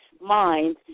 mind